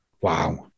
Wow